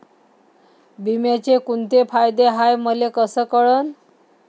बिम्याचे कुंते फायदे हाय मले कस कळन?